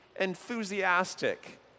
enthusiastic